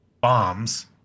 bombs